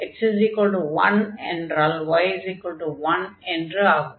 x1 என்றால் y1 என்று ஆகும்